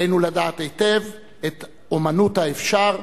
עלינו לדעת היטב את "אומנות האפשר",